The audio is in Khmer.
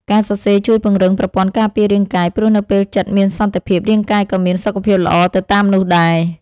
ការសរសេរជួយពង្រឹងប្រព័ន្ធការពាររាងកាយ ព្រោះនៅពេលចិត្តមានសន្តិភាព រាងកាយក៏មានសុខភាពល្អទៅតាមនោះដែរ។